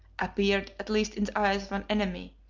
appeared, at least in the eyes of an enemy,